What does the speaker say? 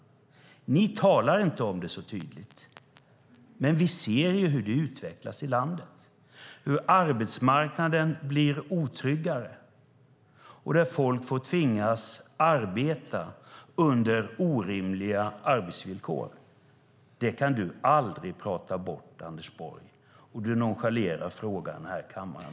Ni talar inte om det så tydligt, men vi ser hur det utvecklas i landet. Arbetsmarknaden blir otryggare, och människor tvingas arbeta under orimliga arbetsvillkor. Det kan du aldrig prata bort, Anders Borg. Du nonchalerar också frågan här i kammaren.